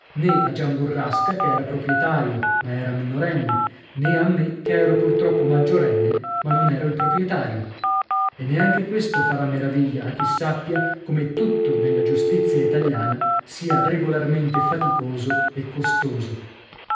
né a gian burrasca che era proprietario ma era minorenne né a me che ero purtroppo maggiorenne ma non ero il proprietario e neanche questo farà maraviglia a chi sappia come tutto nella giustizia italiana sia regolarmente faticoso e costoso